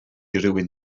rywun